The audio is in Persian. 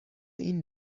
این